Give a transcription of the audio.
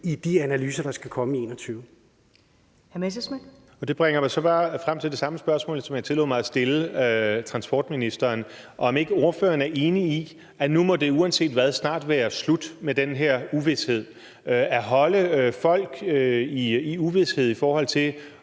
Morten Messerschmidt (DF): Det bringer mig sig bare frem til det samme spørgsmål, som jeg tillod mig at stille transportministeren, nemlig om ordføreren ikke er enig i, at nu må det uanset hvad snart være slut med den her uvished. At holde folk i uvished, i forhold til